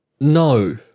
No